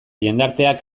jendarteak